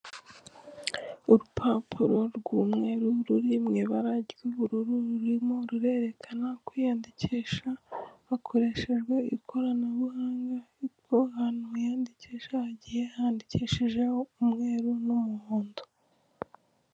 Urupapuro rw'umweru ruri mu ibara ry'ubururu rurimo rurerekana kwiyandikisha hakoreshejwe ikoranabuhanga ahantu hiyandikisha hagiye handikishijeho umweru n'umuhondo .